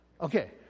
Okay